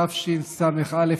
התשס"א 2001,